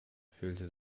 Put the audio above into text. fühlte